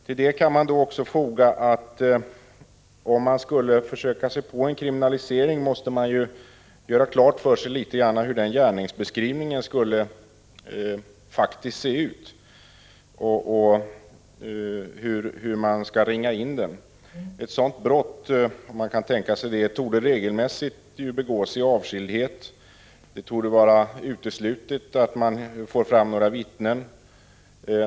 Till det kan också fogas att om man skulle försöka sig på en kriminalisering, måste man göra klart för sig hur gärningsbeskrivningen faktiskt skulle se ut och hur man skulle kunna ringa in den. Sådana brott torde regelmässigt begås i avskildhet. Det torde vara uteslutet att man får fram några vittnen.